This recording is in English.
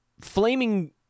flaming